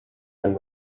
been